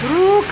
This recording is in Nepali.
रुख